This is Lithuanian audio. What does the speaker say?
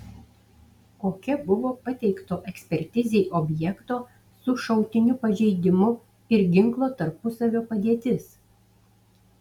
kokia buvo pateikto ekspertizei objekto su šautiniu pažeidimu ir ginklo tarpusavio padėtis